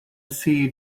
see